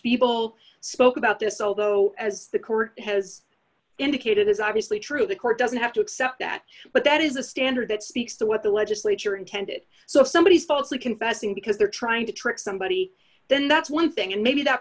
people spoke about this although as the court has indicated is obviously true the court doesn't have to accept that but that is the standard that speaks to what the legislature intended so if somebody is falsely confessing because they're trying to trick somebody then that's one thing and maybe that